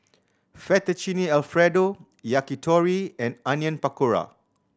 Fettuccine Alfredo Yakitori and Onion Pakora